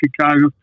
Chicago